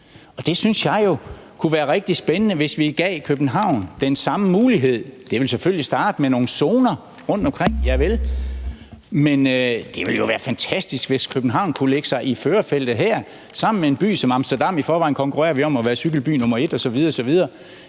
Jeg synes jo, det kunne være rigtig spændende, hvis vi gav København den samme mulighed – det ville selvfølgelig starte med nogle zoner rundtomkring, javel, men det ville jo være fantastisk, hvis København kunne lægge sig i førerfeltet her sammen med en by som Amsterdam. I forvejen konkurrerer vi om at være cykelby nr. 1 osv. osv.